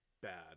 bad